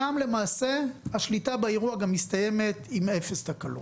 שם למעשה השליטה באירוע גם מסתיימת עם אפס תקלות.